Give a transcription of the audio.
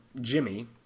Jimmy